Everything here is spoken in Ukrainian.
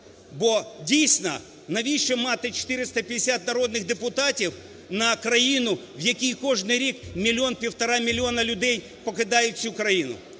бо дійсно навіщо мати 450 народних депутатів на країну, в якій кожний рік мільйон-півтора мільйона людей покидають цю країну?